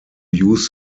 use